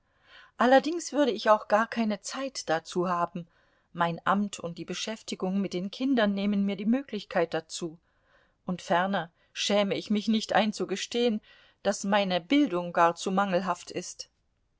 allerdings würde ich auch gar keine zeit dazu haben mein amt und die beschäftigung mit den kindern nehmen mir die möglichkeit dazu und ferner schäme ich mich nicht einzugestehen daß meine bildung gar zu mangelhaft ist